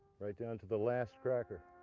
right down to the last cracker.